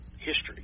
history